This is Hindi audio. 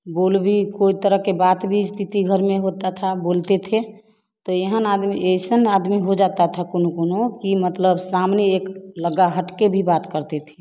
बोल भी कोई तरह के बात बी स्थिति घर में होता था बोलते थे तो एहन आदमी ऐसन आदमी हो जाता था कोनो कोनो कि मतलब सामने एक लगा हट कर भी बात करती थी